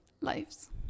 lives